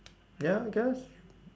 yeah I guess